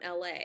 LA